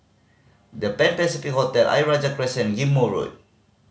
The Pan Pacific Hotel Ayer Rajah Crescent and Ghim Moh Road